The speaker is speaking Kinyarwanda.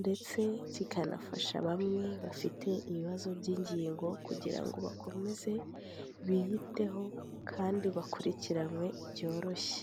ndetse kikanafasha bamwe bafite ibibazo by'ingingo, kugira ngo bakomeze biyiteho kandi bakurikiranywe byoroshye.